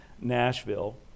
Nashville